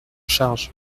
charge